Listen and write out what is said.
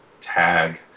tag